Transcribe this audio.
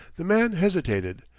the man hesitated,